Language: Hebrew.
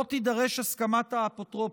לא תידרש הסכמת האפוטרופוס,